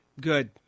good